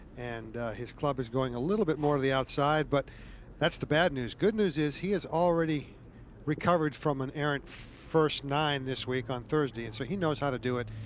and his club is going a little bit more of the outside. but that's the bad news. good news is he has already recovered from an errant first nine this week on thursday. and so he knows how to do it.